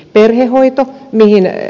perhehoito mihin ed